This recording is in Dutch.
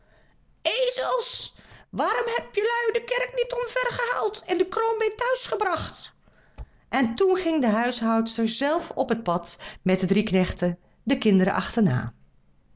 ezels waarom heb jelui de kerk niet omvergehaald en de kroon mee thuis gebracht en toen ging de oude huishoudster zelf op het pad met de drie knechten de kinderen achterna